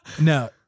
No